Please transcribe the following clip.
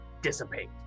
dissipate